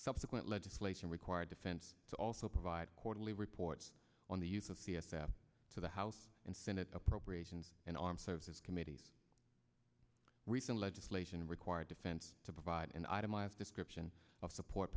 subsequent legislation required defense to also provide quarterly reports on the use of c f f to the house and senate appropriations and armed services committees recent legislation require defense to provide an itemized description of support